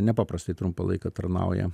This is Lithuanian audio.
nepaprastai trumpą laiką tarnauja